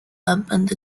版本